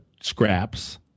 scraps